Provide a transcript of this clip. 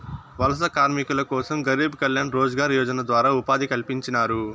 వలస కార్మికుల కోసం గరీబ్ కళ్యాణ్ రోజ్గార్ యోజన ద్వారా ఉపాధి కల్పించినారు